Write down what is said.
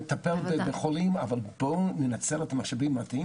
את הבקשות עצמן נקבל בסוף פברואר עד תחילת מרץ ואז נתחיל לעבד